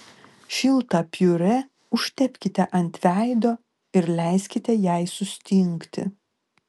šiltą piurė užtepkite ant veido ir leiskite jai sustingti